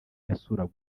yasuraga